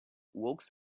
walks